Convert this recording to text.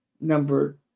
Number